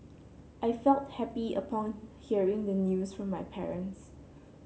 I felt happy upon hearing the news from my parents